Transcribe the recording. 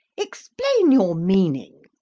explain your meaning.